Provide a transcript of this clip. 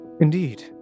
Indeed